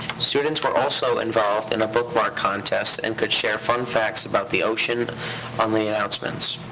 students were also involved in a bookmark contest and could share fun facts about the ocean on the announcements.